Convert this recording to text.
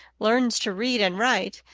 learns to read and write,